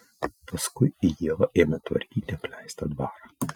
paskui ieva ėmė tvarkyti apleistą dvarą